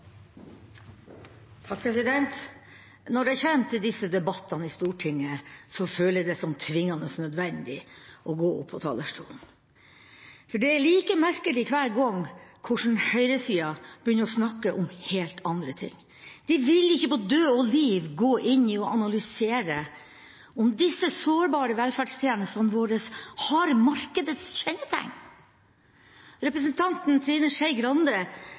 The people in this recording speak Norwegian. Når det kommer til disse debattene i Stortinget, føler jeg det som tvingende nødvendig å gå opp på talerstolen, for det er like merkelig hver gang hvordan høyresida begynner å snakke om helt andre ting. De vil på død og liv ikke gå inn i og analysere om disse sårbare velferdstjenestene våre har markedets kjennetegn. Representanten Trine Skei Grande